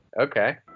Okay